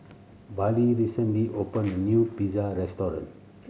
Bailee recently opened a new Pizza Restaurant